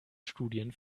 studien